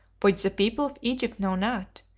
which the people of egypt know not?